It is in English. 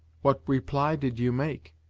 what reply did you make?